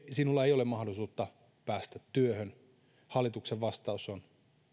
sinulla ei ole mahdollisuutta päästä työhön hallituksen vastaus on